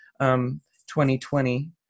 2020